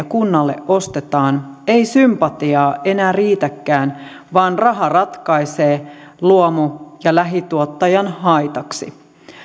kunnalle ostetaan ei sympatiaa enää riitäkään vaan raha ratkaisee luomu ja lähituottajan haitaksi